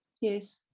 Yes